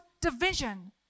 division